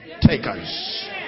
takers